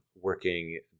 working